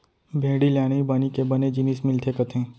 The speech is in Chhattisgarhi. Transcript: भेड़ी ले आनी बानी के बने जिनिस मिलथे कथें